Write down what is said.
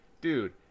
Dude